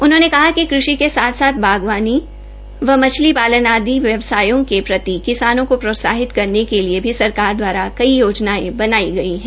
उन्होंने कहा कि कृषि के साथ साथ बागवानी व मच्छली पालन आदि व्यवसायों के प्रति किसानों को प्रोत्साहित करने के लिए भी सरकार दवारा कई योजनाएं बनाई गई हैं